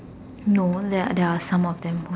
no there there are some of them